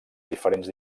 diferents